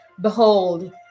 behold